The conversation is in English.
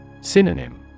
Synonym